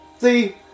See